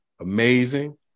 amazing